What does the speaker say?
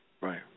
Right